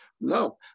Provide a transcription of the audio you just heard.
No